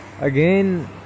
again